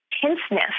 tenseness